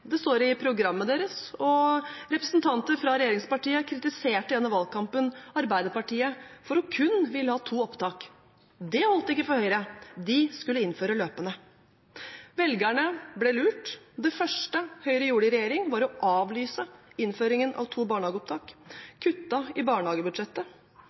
Det står i programmet deres. Representanter fra regjeringspartiet kritiserte i denne valgkampen Arbeiderpartiet for å ville ha kun to opptak. Det holdt ikke for Høyre – de skulle innføre løpende opptak. Velgerne ble lurt. Det første Høyre gjorde i regjering, var å avlyse innføringen av to